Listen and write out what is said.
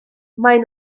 maen